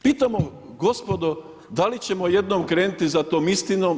Pitamo, gospodo da li ćemo jednom krenuti za tom istinom?